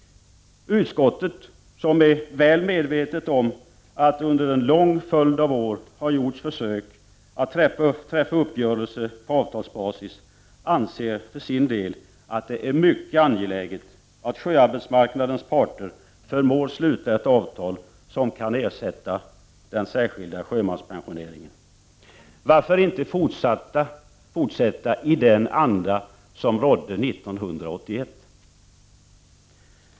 Utskottet, som är väl medvetet om att det under en följd av år har gjorts försök att träffa uppgörelse på avtalsbasis, anser för sin del att det är mycket angeläget att sjöarbetsmarknadens parter förmår sluta ett avtal som kan ersätta den särskilda sjömanspensioneringen. Varför inte fortsätta i den anda som rådde 1981?